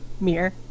Mirror